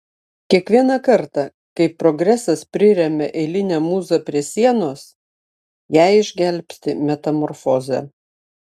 kiekvieną kartą kai progresas priremia eilinę mūzą prie sienos ją išgelbsti metamorfozė